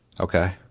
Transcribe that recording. Okay